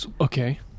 Okay